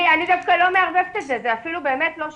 אני דווקא לא מערבבת את זה, זה אפילו לא שם.